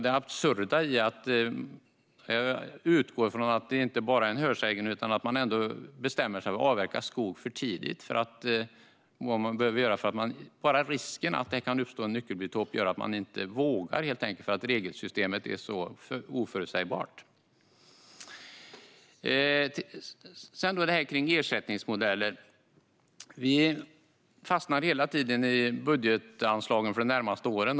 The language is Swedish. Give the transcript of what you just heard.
Det är absurt att det inte bara är en hörsägen utan att man som skogsägare bestämmer sig för att avverka skog för tidigt. Bara risken för att det kan uppstå en nyckelbiotop gör att man helt enkelt inte vågar avverka skog, eftersom regelverket är så oförutsägbart. Sedan detta med ersättningsmodeller. Vi fastnar hela tiden i budgetanslagen för de närmaste åren.